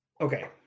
Okay